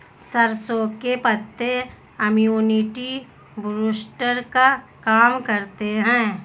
सरसों के पत्ते इम्युनिटी बूस्टर का काम करते है